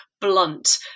blunt